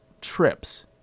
trips